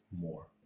more